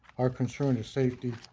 our concern is safety,